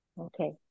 Okay